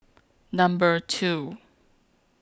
Number two